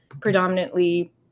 predominantly